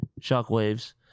Shockwaves